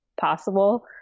possible